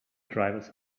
drivers